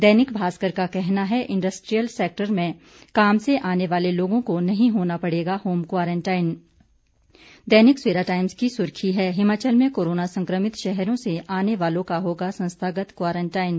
दैनिक भास्कर का कहना है इंडस्ट्रियल सेक्टर में काम से आने वाले लोगों को नहीं होना पड़ेगा home quarantine Dainik Savera times की सुर्खी है हिमाचल में कोरोना संक्रमित शहरों से आने वालों का होगा संस्थागत क्वारंटाइन